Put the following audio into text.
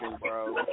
bro